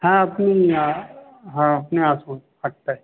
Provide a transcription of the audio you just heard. হ্যাঁ আপনি হ্যাঁ আপনি আসুন আটটায়